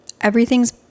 Everything's